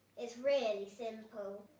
it's really simple.